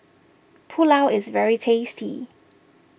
Pulao is very tasty